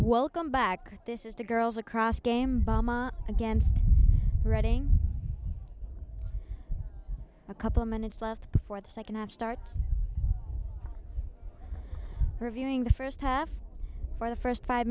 welcome back this is the girls across game bamma against reading a couple minutes left before the second half starts reviewing the first half for the first five